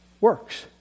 works